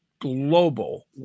global